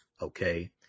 okay